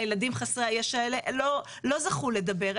הילדים חסרי הישע האלה לא זכו לדבר,